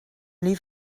les